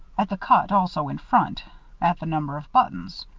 at the cut also in front at the number of buttons.